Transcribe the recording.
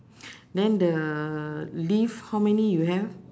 then the leaf how many you have